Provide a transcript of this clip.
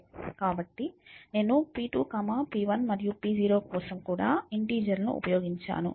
కాబట్టి నేను p2 p1 మరియు p0 కోసం కూడా ఇంటిజర్లను ఉపయోగించాను